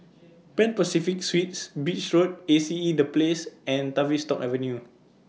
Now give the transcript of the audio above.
Pan Pacific Suites Beach Road A C E The Place and Tavistock Avenue